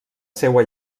seua